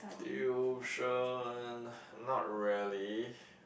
tuition not really